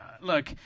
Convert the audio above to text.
look